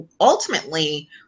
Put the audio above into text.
ultimately